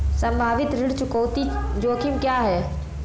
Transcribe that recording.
संभावित ऋण चुकौती जोखिम क्या हैं?